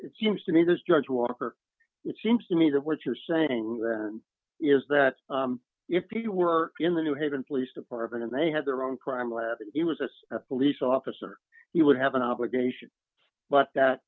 it seems to me this judge walker it seems to me that what you're saying d is that if you were in the new haven police department and they had their own crime lab and it was a police officer you would have an obligation but that